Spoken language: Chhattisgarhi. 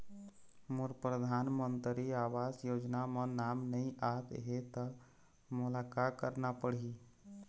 मोर परधानमंतरी आवास योजना म नाम नई आत हे त मोला का करना पड़ही?